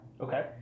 Okay